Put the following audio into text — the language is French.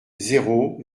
zéro